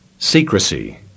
Secrecy